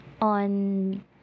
on